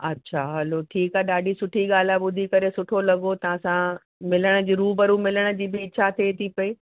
अच्छा हलो ठीकु आहे ॾाढी सुठी ॻाल्हि आहे ॿुधी करे सुठो लॻो तव्हांसीं मिलण जे रूबरू मिलण जी बि इच्छा थिए थी पई